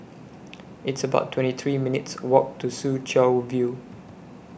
It's about twenty three minutes' Walk to Soo Chow View